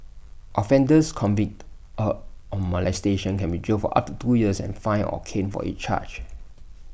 offenders convict of molestation can be jailed for up to two years and fined or caned for each charge